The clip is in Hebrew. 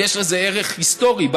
יש לזה ערך היסטורי.